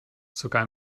sogar